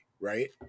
right